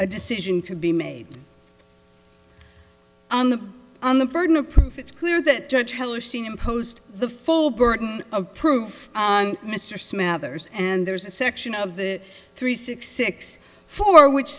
a decision could be made on the on the burden of proof it's clear that judge heller seen him post the full burden of proof on mr smathers and there's a section of the three six six four which